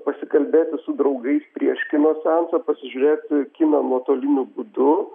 pasikalbėti su draugais prieš kino seansą pasižiūrėti kiną nuotoliniu būdu